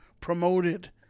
promoted